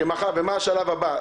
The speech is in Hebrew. מה השלב הבא.